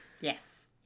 yes